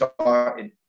started